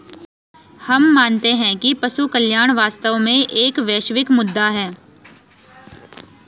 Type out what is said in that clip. हम मानते हैं कि पशु कल्याण वास्तव में एक वैश्विक मुद्दा है